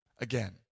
again